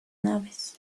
naves